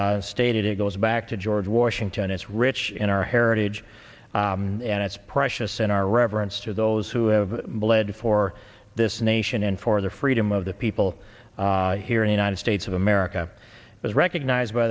stated it goes back to george washington it's rich in our heritage and it's precious in our reverence to those who have bled for this nation and for the freedom of the people here in the united states of america was recognized by